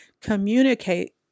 communicate